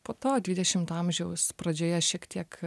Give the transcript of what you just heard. po to dvidešimtojo amžiaus pradžioje šiek tiek